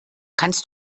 kannst